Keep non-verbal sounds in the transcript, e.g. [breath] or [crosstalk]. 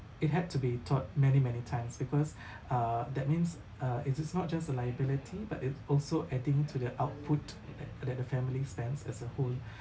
it had to be taught many many times because [breath] uh that means uh it is not just a liability but it also adding to the output that the family spends as a whole